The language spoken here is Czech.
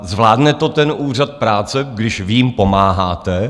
Zvládne to ten Úřad práce, když vy jim pomáháte?